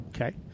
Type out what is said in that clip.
Okay